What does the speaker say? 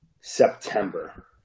September